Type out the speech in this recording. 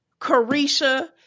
Carisha